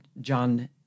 John